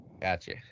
Gotcha